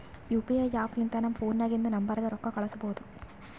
you P I app ಲಿಂತ ನಮ್ ಫೋನ್ನಾಗಿಂದ ನಂಬರ್ಗ ರೊಕ್ಕಾ ಕಳುಸ್ಬೋದ್